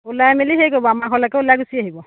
ওলাই মেলি হেৰি কৰিব আমাৰ ঘৰলৈকে ওলাই গুচি আহিব